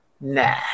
nah